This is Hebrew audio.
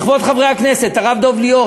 "לכבוד חברי הכנסת" הרב דב ליאור,